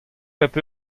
pep